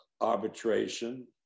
arbitration